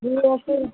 यह ऐसे